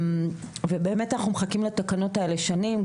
ובאמת אנחנו מחכים לתקנות האלה שנים.